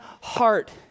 heart